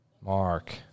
Mark